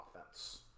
offense